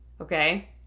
okay